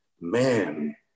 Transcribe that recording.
Man